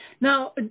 Now